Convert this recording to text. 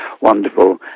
wonderful